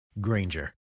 Granger